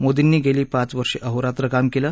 मोदींनी गेली पाच वर्ष अहोरात्र काम केलं